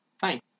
Fine